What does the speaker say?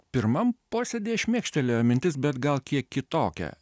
pirmam posėdyje šmėkštelėjo mintis bet gal kiek kitokia